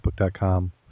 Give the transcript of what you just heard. facebook.com